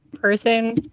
person